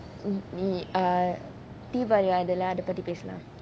me err deepavali வருதுல அத பத்தி பேசலாம்:varuthulae atha pathi peasalaam